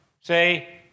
say